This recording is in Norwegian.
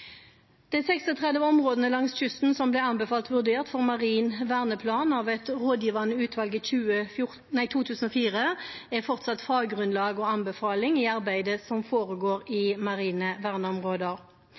De 36 områdene langs kysten som ble anbefalt vurdert for marin verneplan av et rådgivende utvalg i 2004, er fortsatt faggrunnlag og anbefaling i arbeidet som foregår